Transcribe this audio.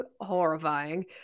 horrifying